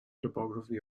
topography